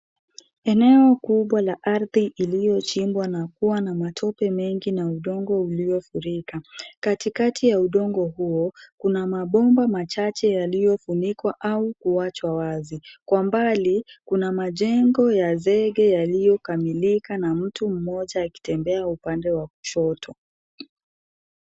Eneo kubwa la ardhi iliyochimbwa na huwa na matope mengi na udongo uliofurika. Katikati ya udongo huo, kuna mabomba machache yaliyofunikwa au kuachwa wazi. Kwa mbali, kuna majengo ya zege yaliyokamilika na mtu mmoja akitembea upande wa kushoto.